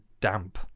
damp